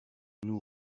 nous